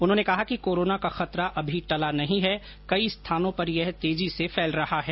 उन्होंने कहा कि कोरोना का खतरा अभी टला नहीं है कई स्थानों पर यह तेजी से फैल रहा है